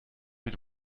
mit